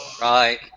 Right